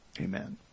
Amen